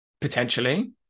potentially